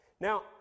Now